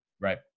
Right